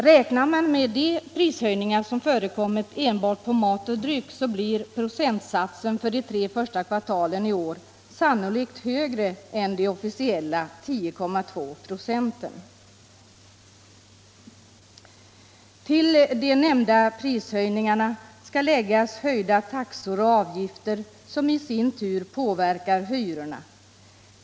Räknar man med de prishöjningar som har förekommit enbart på mat och dryck blir procentsatsen för de tre första kvartalen i år sannolikt högre än de officiellt uppgivna 10,2 96. Till de nämnda prishöjningarna skall läggas höjda taxor och avgifter, vilket i sin tur påverkar hyrorna.